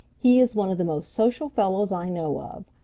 he is one of the most social fellows i know of.